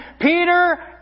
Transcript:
Peter